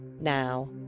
Now